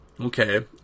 Okay